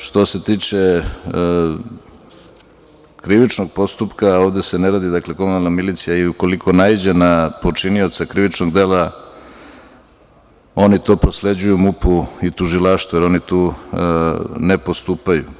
Što se tiče krivičnog postupka, ovde se ne radi, dakle, komunalna milicija, i ukoliko naiđe na počinioca krivičnog dela, oni to prosleđuju MUP-u i tužilaštvu, jer oni tu ne postupaju.